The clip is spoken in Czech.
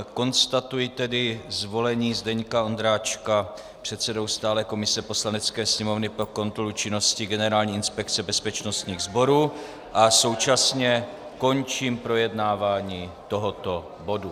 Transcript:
Konstatuji tedy zvolení Zdeňka Ondráčka předsedou stálé komise Poslanecké sněmovny pro kontrolu činnosti Generální inspekce bezpečnostních sborů a současně končím projednávání tohoto bodu.